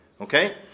Okay